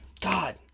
God